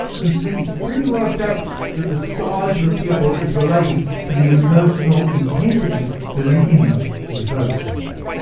you see, it's pretty well established that the size of the pupil is related to the emotional intensity that an image evokes in you.